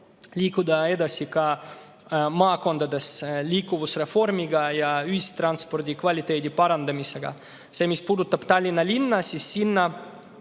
liikuda edasi ka maakondades liikuvusreformiga ja ühistranspordi kvaliteedi parandamisega. Mis puudutab Tallinna linna, siis nii